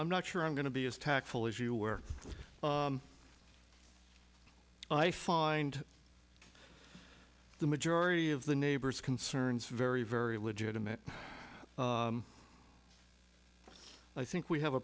i'm not sure i'm going to be as tactful as you where i find the majority of the neighbors concerns very very legitimate i think we have a